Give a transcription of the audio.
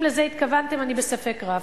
אם לזה התכוונתם, אני בספק רב.